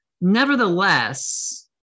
Nevertheless